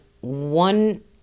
One